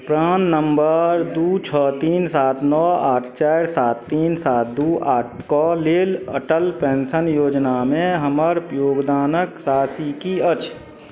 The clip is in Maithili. प्राण नम्बर दुइ छओ तीन सात नओ आठ चारि सात तीन सात दुइ आठके लेल अटल पेन्शन योजनामे हमर योगदानके राशि कि अछि